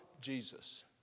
Jesus